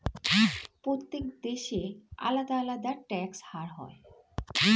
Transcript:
প্রত্যেক দেশে আলাদা আলাদা ট্যাক্স হার হয়